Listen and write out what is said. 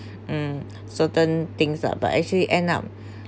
mm certain things lah but actually end up